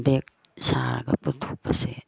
bag ꯁꯥꯔꯒ ꯄꯨꯊꯣꯛꯄꯁꯦ